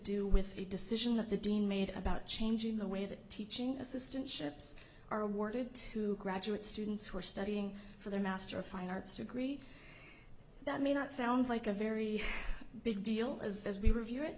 do with the decision that the dean made about changing the way the teaching assistant ships are awarded to graduate students who are studying for their master of fine arts degree that may not sound like a very big deal as we review it